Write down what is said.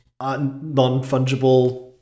non-fungible